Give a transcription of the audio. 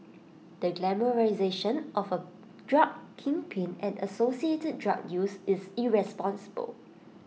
the glamorisation of A drug kingpin and associated drug use is irresponsible